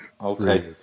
Okay